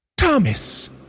Thomas